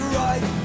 right